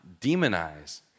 demonize